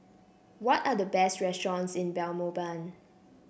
what are the best restaurants in Belmopan